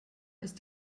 ist